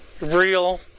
real